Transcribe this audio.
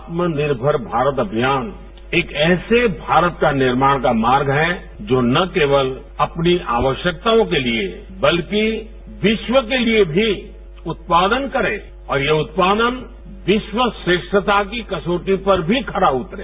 आत्मनिर्भर भारत अभियान एक ऐसे भारत का निर्माण का मार्ग है जो न केवल अपनी आवश्यकताओं के लिए बल्कि विश्व के लिए भी उत्पादन करे और यह उत्पादन विश्व श्रेष्ठता की कसौटी पर भी खरा उतरे